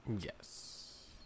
Yes